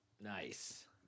Nice